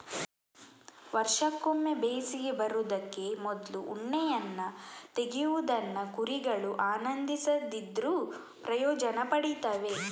ವರ್ಷಕ್ಕೊಮ್ಮೆ ಬೇಸಿಗೆ ಬರುದಕ್ಕೆ ಮೊದ್ಲು ಉಣ್ಣೆಯನ್ನ ತೆಗೆಯುವುದನ್ನ ಕುರಿಗಳು ಆನಂದಿಸದಿದ್ರೂ ಪ್ರಯೋಜನ ಪಡೀತವೆ